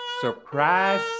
Surprise